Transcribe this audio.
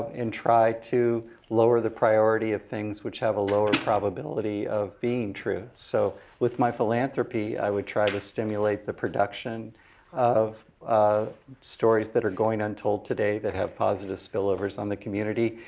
and try to lower the priority of things which have a lower probability of being true. so, with my philanthropy i would try to stimulate the production of ah stories that are going untold today that have positive spillovers on the community.